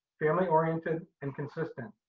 family-oriented, and consistent.